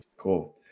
Cool